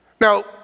Now